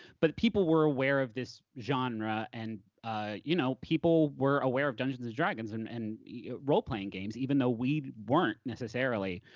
but people were aware of this genre and ah you know people were aware of dungeons and dragons and and yeah role-playing games, even though we weren't necessarily.